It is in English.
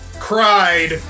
CRIED